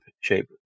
shape